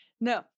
No